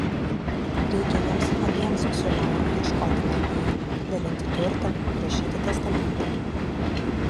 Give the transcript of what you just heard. reikia jiems abiems su lauru ieškoti globėjo dalinti turtą rašyti testamentą